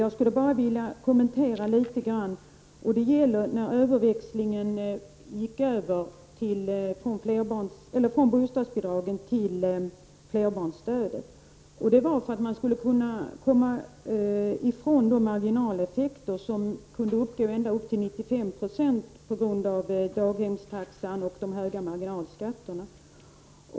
Jag skulle bara vilja kommentera litet grand växlingen från bostadsbidrag till flerbarnsstöd. Avsikten var att försöka komma ifrån de marginaleffekter som kunde uppgå till 95 76 på grund av daghemstaxan och de höga marginalskatterna.